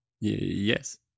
Yes